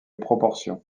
proportions